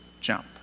jump